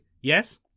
Yes